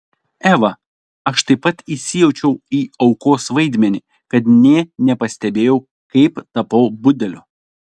eva aš taip įsijaučiau į aukos vaidmenį kad nė nepastebėjau kaip tapau budeliu